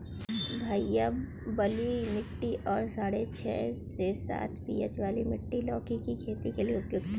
भैया बलुई मिट्टी और साढ़े छह से साढ़े सात पी.एच वाली मिट्टी लौकी की खेती के लिए उपयुक्त है